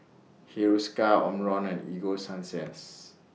Hiruscar Omron and Ego Sunsense